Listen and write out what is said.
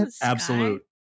Absolute